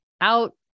out